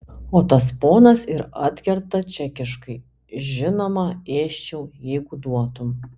o tas ponas ir atkerta čekiškai žinoma ėsčiau jeigu duotum